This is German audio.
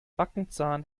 backenzahn